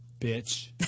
bitch